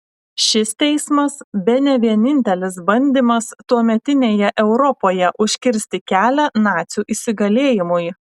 šis teismas bene vienintelis bandymas tuometinėje europoje užkirsti kelią nacių įsigalėjimui